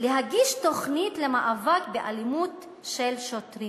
להגיש תוכנית למאבק באלימות של שוטרים,